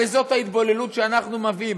הרי זאת ההתבוללות שאנחנו מביאים.